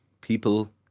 people